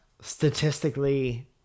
statistically